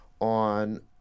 on